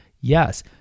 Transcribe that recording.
Yes